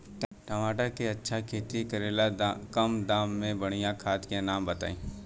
टमाटर के अच्छा खेती करेला कम दाम मे बढ़िया खाद के नाम बताई?